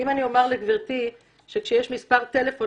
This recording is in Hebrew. אם אני אומר לגבירתי שכשיש מספר טלפון